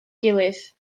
gilydd